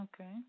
Okay